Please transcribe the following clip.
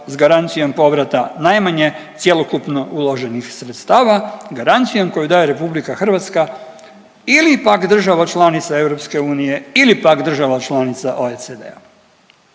s garancijom povrata najmanje cjelokupno uloženih sredstava garancijom koju daje RH ili pak država članica EU ili pak država članica OECD-a.